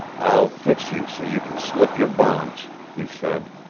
i'll fix you so you can slip your bonds, he said,